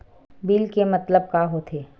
Bill के मतलब का होथे?